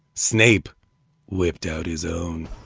snape whipped out his own